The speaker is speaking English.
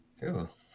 Cool